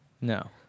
No